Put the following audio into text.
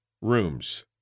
rooms